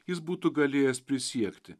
jis būtų galėjęs prisiekti